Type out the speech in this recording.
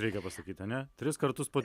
reikia pasakyti ane tris kartus po